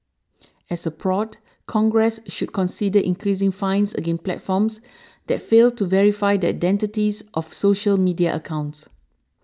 as a prod Congress should consider increasing fines against platforms that fail to verify the identities of social media accounts